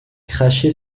cracher